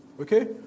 Okay